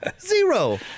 Zero